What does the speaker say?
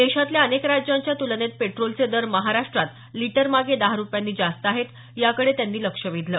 देशातल्या अनेक राज्यांच्या तुलनेत पेट्रोलचे दर महाराष्ट्रात लीटरमागे दहा रुपयांनी जास्त आहेत याकडे त्यांनी लक्ष वेधलं